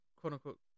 quote-unquote